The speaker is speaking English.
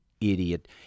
idiot